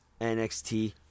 NXT